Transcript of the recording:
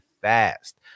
fast